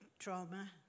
trauma